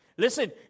Listen